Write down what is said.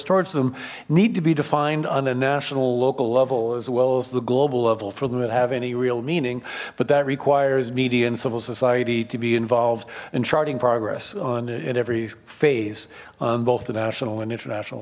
towards them need to be defined on a national local level as well as the global level for them to have any real meaning but that requires media and civil society to be involved in charting progress on in every phase on both the national and international